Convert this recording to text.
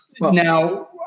Now